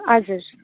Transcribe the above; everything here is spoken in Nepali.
हजुर